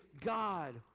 God